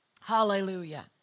Hallelujah